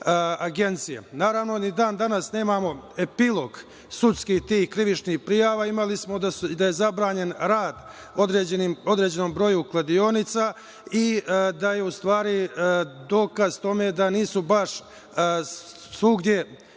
agencije. Naravno, ni dan-danas nemamo epilog sudski tih krivičnih prijava. Imali smo da je zabranjen rad određenom broju kladionica i da je u stvari dokaz tome da nisu baš svugde